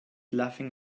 laughing